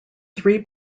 three